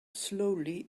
slowly